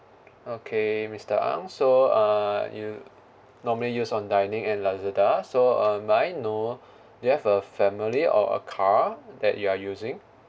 okay mister ang so uh you normally use on dining and Lazada so um may I know do you have a family or a car that you are using